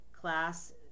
class